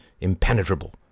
impenetrable